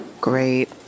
Great